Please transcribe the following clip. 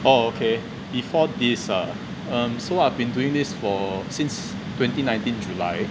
oh okay before this err um so I've been doing this for since twenty nineteen july